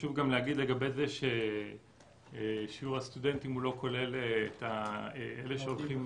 חשוב להגיד לגבי זה ששיעור הסטודנטים לא כולל את אלה שהולכים